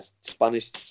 Spanish